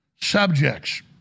subjects